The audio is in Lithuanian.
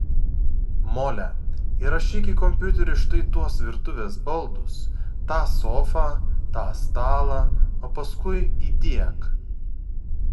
mole įrašyk į kompiuterį štai tuos virtuvės baldus tą sofą tą stalą o paskui įdiek